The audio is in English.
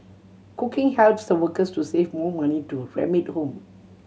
cooking helps the workers to save more money to remit home